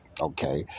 Okay